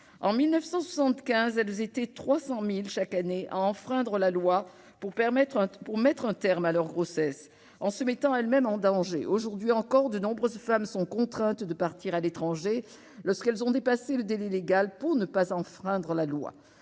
En 1975, elles étaient 300 000, chaque année, à enfreindre la loi pour mettre un terme à leur grossesse, en se mettant elles-mêmes en danger. Aujourd'hui encore, de nombreuses femmes sont contraintes de partir à l'étranger lorsqu'elles ont dépassé le délai légal, pour ne pas enfreindre la loi.